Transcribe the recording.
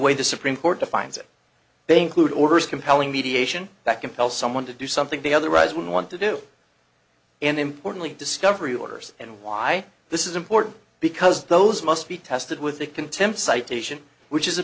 way the supreme court defines it they include orders compelling mediation that compel someone to do something they otherwise wouldn't want to do and importantly discovery orders and why this is important because those must be tested with a contempt citation which is a